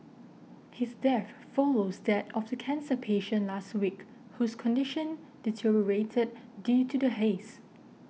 his death follows that of the cancer patient last week whose condition deteriorated due to the haze